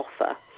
offer